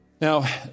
Now